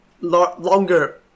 longer